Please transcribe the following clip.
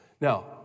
Now